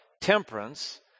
temperance